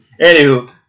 Anywho